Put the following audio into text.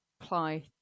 apply